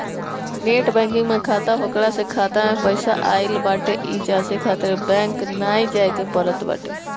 net banking में खाता होखला से खाता में पईसा आई बाटे इ जांचे खातिर बैंक नाइ जाए के पड़त बाटे